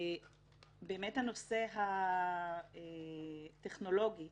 הנושא הטכנולוגי